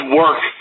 work